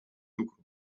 lucru